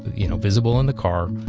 you know, visible in the car,